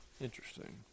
Interesting